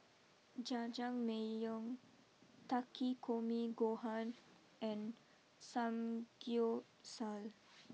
Jajangmyeon Takikomi Gohan and Samgyeopsal